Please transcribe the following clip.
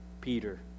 Peter